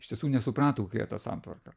iš tiesų nesuprato kokia ta santvarka